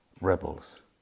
rebels